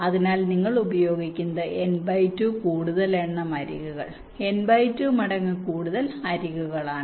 അതിനാൽ നിങ്ങൾ ഉപയോഗിക്കുന്നത് n2 കൂടുതൽ എണ്ണം അരികുകൾ n2 മടങ്ങ് കൂടുതൽ അരികുകൾ ആണ്